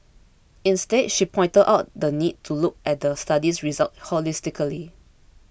instead she pointed out the need to look at the study's results holistically